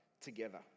together